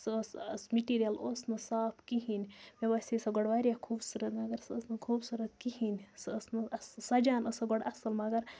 سہٕ ٲس مِٹیٖریَل اوس نہٕ صاف کِہیٖنۍ مےٚ باسے سَہ گۄڈٕ واریاہ خوٗبصوٗرت مگر سَہ ٲس نہٕ خوٗبصورت کِہیٖنۍ سہٕ ٲس نہٕ اَص سَجان ٲس سَہ گۄڈٕ اَصٕل مگر